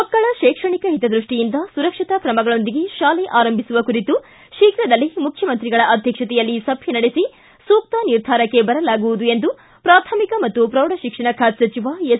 ಮಕ್ಕಳ ಶೈಕ್ಷಣಿಕ ಹಿತದೃಷ್ಟಿಯಿಂದ ಸುರಕ್ಷತಾ ಕ್ರಮಗಳೊಂದಿಗೆ ತಾಲೆ ಆರಂಭಿಸುವ ಕುರಿತು ಶೀಘ್ರದಲ್ಲೇ ಮುಖ್ಜಮಂತ್ರಿಗಳ ಅಧ್ಯಕ್ಷತೆಯಲ್ಲಿ ಸಭೆ ನಡೆಸಿ ಸೂಕ್ತ ನಿರ್ಧಾರಕ್ಕೆ ಬರಲಾಗುವುದು ಎಂದು ಪೂಥಮಿಕ ಮತ್ತು ಪ್ರೌಢಶಿಕ್ಷಣ ಖಾತೆ ಸಚಿವ ಎಸ್